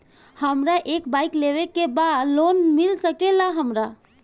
हमरा एक बाइक लेवे के बा लोन मिल सकेला हमरा?